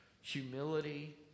humility